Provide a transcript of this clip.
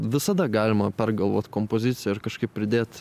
visada galima pergalvot kompoziciją ar kažkaip pridėt